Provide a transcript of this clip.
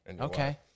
Okay